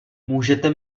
můžete